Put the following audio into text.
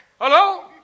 Hello